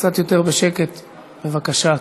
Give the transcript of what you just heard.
קצת יותר בשקט, בבקשה.